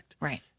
Right